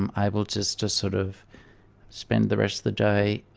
and i will just just sort of spend the rest of the day